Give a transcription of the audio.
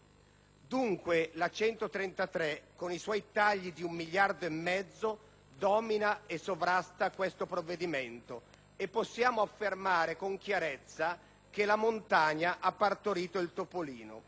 legge n. 133, con i suoi tagli di un miliardo e mezzo di euro, domina e sovrasta questo provvedimento e possiamo affermare con chiarezza che «la montagna ha partorito il topolino».